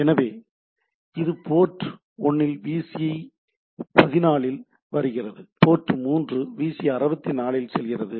எனவே இங்கே இது போர்ட் 1 விசிஐ 14 இல் வருகிறது போர்ட் 3 விசிஐ 66 க்கு செல்கிறது